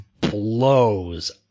blows